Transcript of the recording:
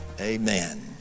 amen